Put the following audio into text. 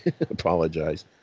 Apologize